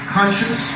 conscious